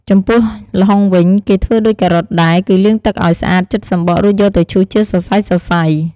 ចំពោះល្ហុងវិញ គេធ្វើដូចការ៉ុតដែរ គឺលាងទឹកឱ្យស្អាត ចិតសំបក រួចយកទៅឈូសជាសរសៃៗ។